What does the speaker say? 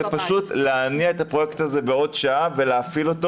זה פשוט להניע את הפרויקט הזה בעוד שעה ולהפעיל אותו